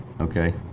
okay